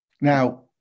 now